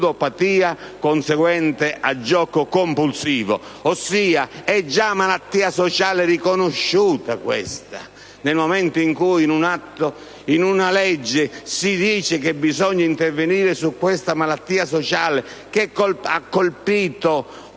ludopatia conseguenti a gioco compulsivo. Ossia, è già malattia sociale riconosciuta, nel momento in cui in una legge si stabilisce che bisogna intervenire su questa malattia sociale che ha colpito oltre